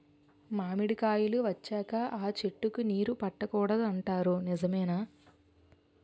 మామిడికాయలు వచ్చాక అ చెట్టుకి నీరు పెట్టకూడదు అంటారు నిజమేనా?